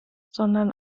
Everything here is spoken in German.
sondern